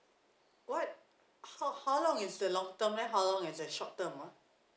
what how how long is the long term and how long is the short term ah